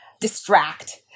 distract